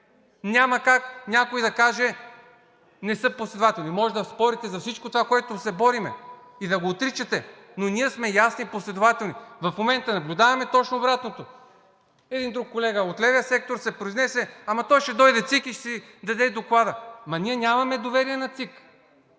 Няма как някой да каже: не са последователни. Може да спорите за всичко това, за което се борим, и да го отричате, но ние сме ясни и последователни. В момента наблюдаваме точно обратното. Един друг колега от левия сектор се произнесе: „ЦИК ще дойде и ще си даде доклада.“ Ама ние нямаме доверие на ЦИК!